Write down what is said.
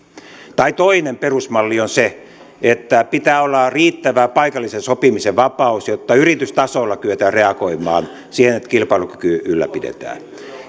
toinen perusmalli on se että pitää olla riittävä paikallisen sopimisen vapaus jotta yritystasolla kyetään reagoimaan siihen että kilpailukykyä ylläpidetään